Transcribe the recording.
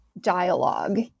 dialogue